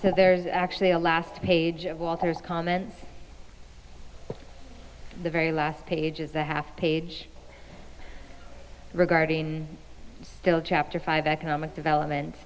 to there's actually a last page of authors comments the very last page is a half page regarding still chapter five economic development